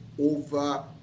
over